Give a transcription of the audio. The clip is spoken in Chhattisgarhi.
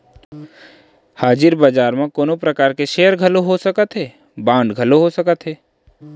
हाजिर बजार म कोनो परकार के सेयर घलोक हो सकत हे, बांड घलोक हो सकत हे